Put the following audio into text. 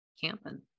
Camping